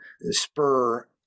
spur